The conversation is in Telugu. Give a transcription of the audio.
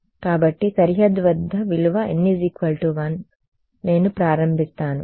కాబట్టి సరిహద్దు వద్ద విలువ n 1 నేను ప్రారంభిస్తాను